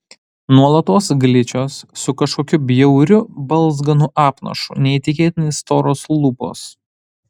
nuolatos gličios su kažkokiu bjauriu balzganu apnašu neįtikėtinai storos lūpos